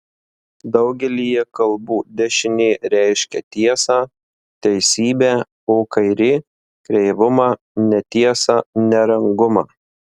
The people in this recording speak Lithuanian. daugelyje kalbų dešinė reiškia tiesą teisybę o kairė kreivumą netiesą nerangumą